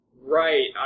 right